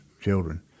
children